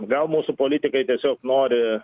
gal mūsų politikai tiesiog nori